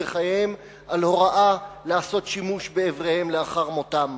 בחייהם על הוראה לעשות שימוש באיבריהם לאחר מותם,